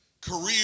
career